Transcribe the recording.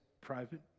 private